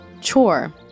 Chore